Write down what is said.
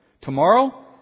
Tomorrow